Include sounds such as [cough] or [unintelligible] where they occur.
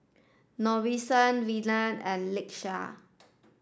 [unintelligible] Verna and Lakesha